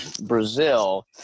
Brazil